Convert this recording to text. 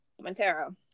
Montero